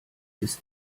ist